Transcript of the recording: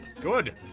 Good